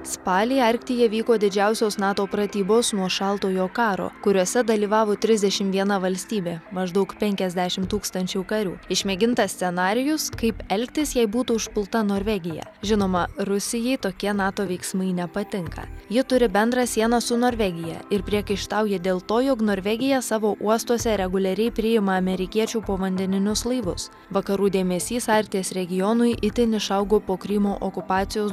spalį arktyje vyko didžiausios nato pratybos nuo šaltojo karo kuriose dalyvavo trisdešim viena valstybė maždaug penkiasdešim tūkstančių karių išmėgintas scenarijus kaip elgtis jei būtų užpulta norvegija žinoma rusijai tokie nato veiksmai nepatinka ji turi bendrą sieną su norvegija ir priekaištauja dėl to jog norvegija savo uostuose reguliariai priima amerikiečių povandeninius laivus vakarų dėmesys arkties regionui itin išaugo po krymo okupacijos